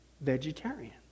vegetarian